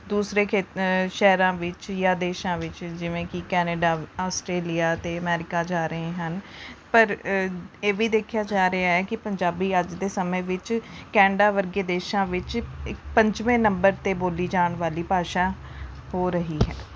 ਦੂਸਰੇ ਖੇ ਸ਼ਹਿਰਾਂ ਵਿੱਚ ਜਾਂ ਦੇਸ਼ਾਂ ਵਿੱਚ ਜਿਵੇਂ ਕਿ ਕੈਨੇਡਾ ਆਸਟ੍ਰੇਲੀਆ ਅਤੇ ਅਮੈਰੀਕਾ ਜਾ ਰਹੇ ਹਨ ਪਰ ਇਹ ਵੀ ਦੇਖਿਆ ਜਾ ਰਿਹਾ ਹੈ ਕਿ ਪੰਜਾਬੀ ਅੱਜ ਦੇ ਸਮੇਂ ਵਿੱਚ ਕੈਨੇਡਾ ਵਰਗੇ ਦੇਸ਼ਾਂ ਵਿੱਚ ਪੰਜਵੇਂ ਨੰਬਰ 'ਤੇ ਬੋਲੀ ਜਾਣ ਵਾਲੀ ਭਾਸ਼ਾ ਹੋ ਰਹੀ ਹੈ